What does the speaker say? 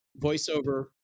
voiceover